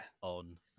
on